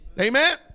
amen